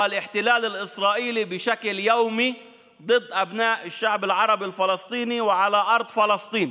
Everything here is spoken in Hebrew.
הכיבוש הישראלי יום-יום נגד בני העם הערבי הפלסטיני על אדמת פלסטין.